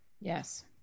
Yes